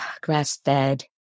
grass-fed